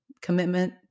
commitment